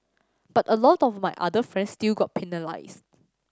but a lot of my other friends still got penalised